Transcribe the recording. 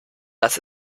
das